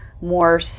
more